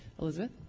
Elizabeth